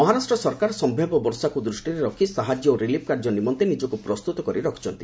ମହାରାଷ୍ଟ୍ର ସରକାର ସମ୍ଭାବ୍ୟ ବର୍ଷାକୁ ଦୃଷ୍ଟିରେ ରଖି ସାହାଯ୍ୟ ଓ ରିଲିଫ୍ କାର୍ଯ୍ୟ ନିମନ୍ତେ ନିଜକୁ ପ୍ରସ୍ତୁତ କରି ରଖିଛନ୍ତି